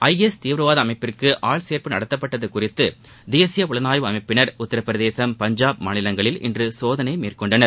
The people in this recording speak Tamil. ஐஎஸ் தீவிரவாத அமைப்புக்கு ஆட்சேர்ப்பு நடத்தப்பட்டது குறித்து தேசிய புலனாய்வு அமைப்பினர் உத்தரப்பிரதேசம் பஞ்சாப் மாநிலங்களில் இன்று சோதனை மேற்கொண்டனர்